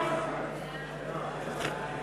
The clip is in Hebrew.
ההצעה להעביר